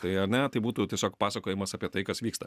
tai ar ne tai būtų tiesiog pasakojimas apie tai kas vyksta